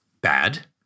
bad